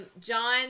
John